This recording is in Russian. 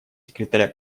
секретаря